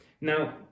Now